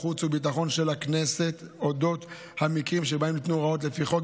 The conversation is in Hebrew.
החוץ והביטחון של הכנסת על אודות המקרים שבהם ניתנו הוראות לפי החוק,